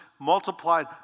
multiplied